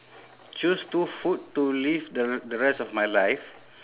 choose two food to live the the rest of my life